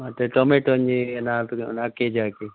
ಮತ್ತು ಟೊಮ್ಯಾಟೊ ಒಂಜಿ ನಾಲ್ಕು ನಾಲ್ಕು ಕೆಜಿ ಹಾಕಿ